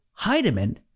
Heidemann